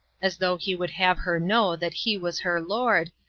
as though he would have her know that he was her lord,